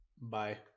Bye